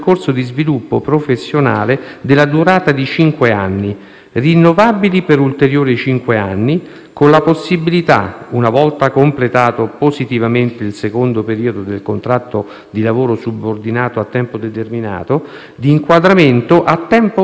rinnovabile per ulteriori cinque anni, con la possibilità, una volta completato positivamente il secondo periodo del contratto di lavoro subordinato a tempo determinato, di inquadramento a tempo indeterminato nei ruoli del servizio sanitario nazionale.